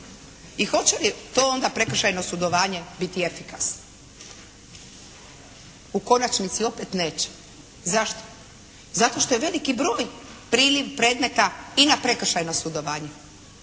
i hoće li to onda prekršajno sudovanje biti efikasno? U konačnici opet neće. Zašto? Zato što je veliki broj predmeta i na prekršajno sudovanje,